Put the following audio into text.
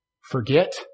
forget